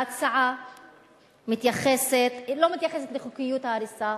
ההצעה לא מתייחסת לחוקיות ההריסה,